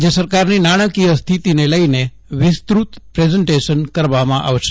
રાજ્ય સરકારની નાણાકીય સ્થિતિને લઇને વિસ્તૃત પ્રેઝેન્ટેશન કરવામાં આવશે